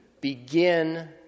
begin